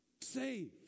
Save